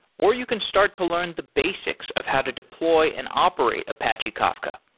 or you can start to learn the basics of how to deploy and operate apache kafka.